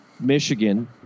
Michigan